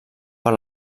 per